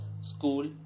school